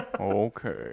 Okay